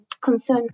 concern